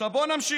עכשיו בוא נמשיך.